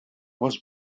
was